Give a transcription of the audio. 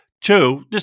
Two